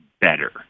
better